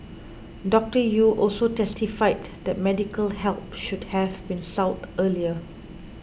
Doctor Yew also testified that medical help should have been sought earlier